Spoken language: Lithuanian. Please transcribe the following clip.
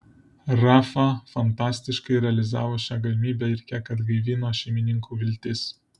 rafa fantastiškai realizavo šią galimybę ir kiek atgaivino šeimininkų viltis